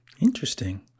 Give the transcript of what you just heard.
Interesting